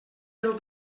del